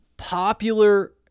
popular